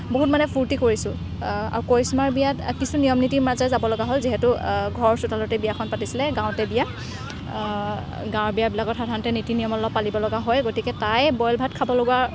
বহুত মানে ফুৰ্ত্তি কৰিছোঁ আৰু কৰিশ্মাৰ বিয়াত কিছু নিয়ম নীতিৰ মাজে যাব লগা হ'ল যিহেতু ঘৰ চোতালতে বিয়াখন পাতিছিলে গাঁৱতে বিয়া গাঁৱৰ বিয়াবিলাকত সাধাৰণতে নীতি নিয়ম অলপ পালিব লগা হয়েই গতিকে তাইয়েই বইল ভাত খাব লগা